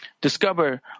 discover